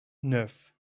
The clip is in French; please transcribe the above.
neuf